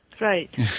Right